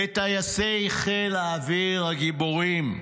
לטייסי חיל האוויר הגיבורים,